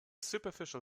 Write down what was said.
superficial